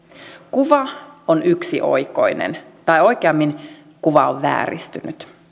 kuva on yksioikoinen tai oikeammin kuva on vääristynyt